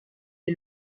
est